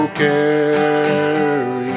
carry